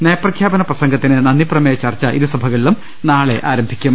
നയപ്രഖ്യാപന പ്രസംഗത്തിന് നന്ദിപ്രമേയചർച്ച ഇരു സഭകളിലും നാളെ ആരംഭിക്കും